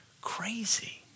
crazy